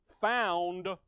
found